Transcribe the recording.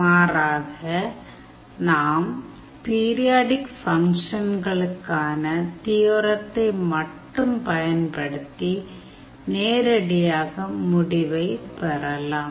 மாறாக நாம் பீரியாடிக் ஃபங்க்ஷன்களுக்கான தியோரத்தை மட்டும் பயன்படுத்தி நேரடியாக முடிவைப் பெறலாம்